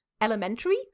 Elementary